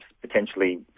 potentially